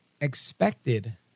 expected